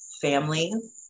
families